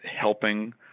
helping